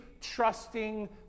trusting